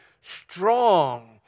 strong